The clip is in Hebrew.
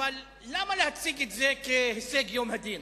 אבל למה להציג את זה כהישג יום הדין?